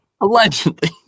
Allegedly